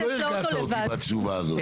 לא הרגעת אותי עם התשובה הזאת.